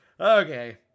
Okay